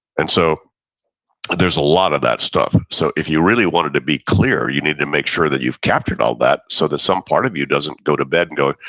and so but there's a lot of that stuff, so if you really wanted to be clear, you need to make sure that you've captured all that, so that some part of you doesn't go to bed and go,